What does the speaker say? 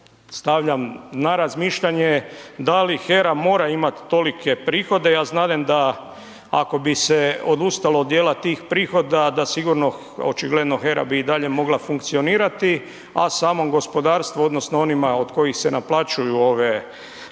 stavljam na razmišljanje da li HERA mora imat tolike prihode, ja znadem da ako bi se odustalo od dijela tih prihoda, da sigurno očigledno HERA bi i dalje mogla funkcionirati, a samom gospodarstvu odnosno onima od kojih se naplaćuju ove prihodi